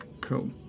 Cool